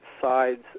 sides